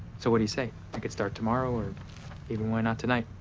so what do you say? i can start tomorrow, or even why not tonight?